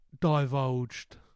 divulged